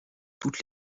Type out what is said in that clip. toutes